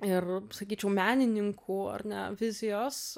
ir sakyčiau menininkų ar ne vizijos